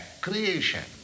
creation